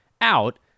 out